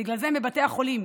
בגלל זה הם בבתי החולים,